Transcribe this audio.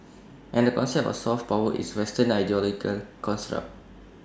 and the concept of soft power is western ideological construct